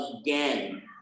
again